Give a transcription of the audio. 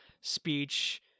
speech